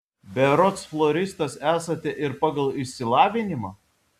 berods floristas esate ir pagal išsilavinimą